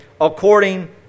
according